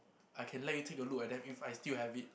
I can let you take a look at them if I still have it